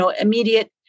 immediate